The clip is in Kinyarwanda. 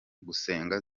gusenga